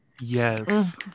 Yes